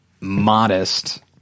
modest